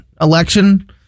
election